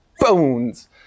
phones